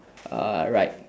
uh right